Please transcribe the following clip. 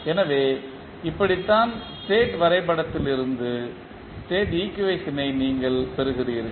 எனவே இப்படித்தான் ஸ்டேட் வரைபடத்திலிருந்து ஸ்டேட் ஈக்குவேஷனை நீங்கள் பெறுகிறீர்கள்